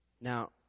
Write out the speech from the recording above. Now